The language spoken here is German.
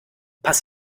pass